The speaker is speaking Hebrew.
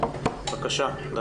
בהורות, בבקשה.